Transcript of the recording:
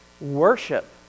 worship